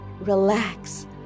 relax